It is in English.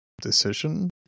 decision